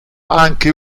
anche